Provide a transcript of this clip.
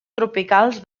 tropicals